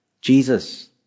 Jesus